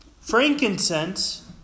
Frankincense